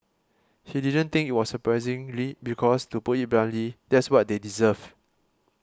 he didn't think it was surprisingly because to put it bluntly that's what they deserve